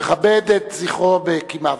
נכבד את זכרו בקימה.